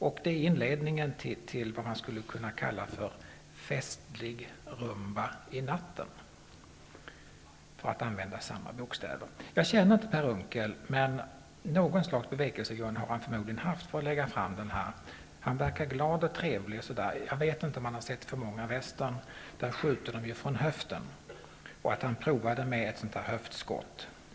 Detta är inledningen till vad man skulle kunna kalla för Festlig Rumba i Natten -- för att använda samma begynnelsebokstäver som ingår i förkortningen. Jag känner inte Per Unckel, men någon slags bevekelsegrund har han förmodligen haft för att lägga fram förslaget. Han verkar glad och trevlig. Jag vet inte om han har sett för många westernfilmer, där man ju skjuter från höften, och därför provade med ett höftskott.